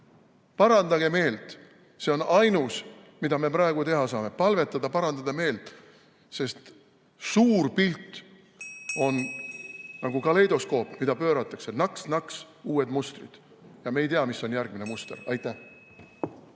Parandage meelt, see on ainus, mida me praegu teha saame, palvetada, parandada meelt. Sest suur pilt on nagu kaleidoskoop, mida pööratakse naks-naks, on uued mustrid, ja me ei tea, mis on järgmine muster. Aitäh!